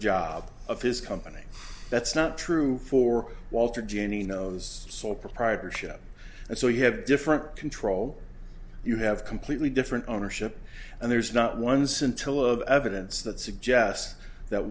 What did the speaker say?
job of his company that's not true for walter ginny knows sole proprietorship and so you have different control you have completely different ownership and there's not one scintilla of evidence that suggests that